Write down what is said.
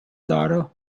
daughter